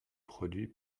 produit